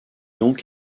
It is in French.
donc